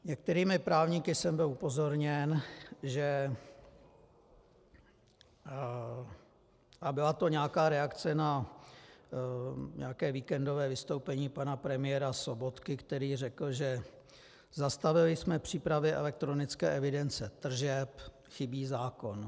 Některými právníky jsem byl upozorněn, že a byla to nějaká reakce na nějaké víkendové vystoupení pana premiéra Sobotky, který řekl: Zastavili jsme přípravy elektronické evidence tržeb, chybí zákon.